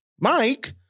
Mike